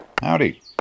Howdy